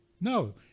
no